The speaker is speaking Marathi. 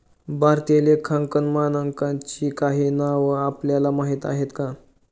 भारतीय लेखांकन मानकांची काही नावं आपल्याला माहीत आहेत का?